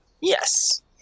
Yes